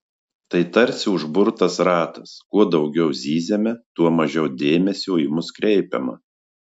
tai tarsi užburtas ratas kuo daugiau zyziame tuo mažiau dėmesio į mus kreipiama